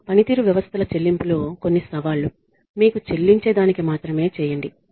పనితీరు వ్యవస్థల చెల్లింపు లో కొన్ని సవాళ్లు 'మీకు చెల్లించేదానికి మాత్రమే చేయండి'